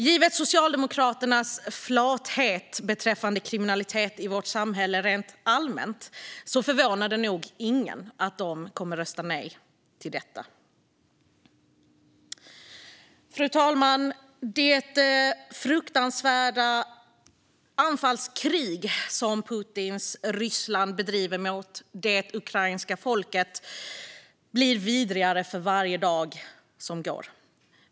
Givet Socialdemokraternas flathet beträffande kriminalitet i vårt samhälle rent allmänt förvånar det nog ingen att de kommer att rösta nej till detta. Fru talman! Det fruktansvärda anfallskrig som Putins Ryssland bedriver mot det ukrainska folket blir vidrigare för varje dag som går.